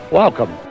welcome